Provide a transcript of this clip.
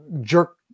jerk